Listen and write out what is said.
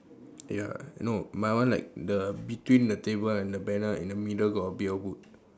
ya no my one like the between the table and the banner in the middle got a bit of wood